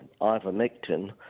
ivermectin